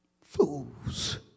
Fools